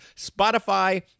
spotify